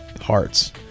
hearts